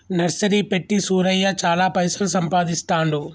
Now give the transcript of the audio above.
nursery పెట్టి సూరయ్య చాల పైసలు సంపాదిస్తాండు